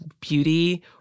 beauty